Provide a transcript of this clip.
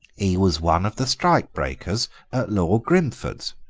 he was one of the strike-breakers at lord grimford's,